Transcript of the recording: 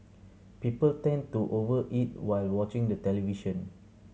people tend to over eat while watching the television